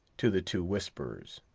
to the two whisperers.